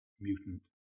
mutant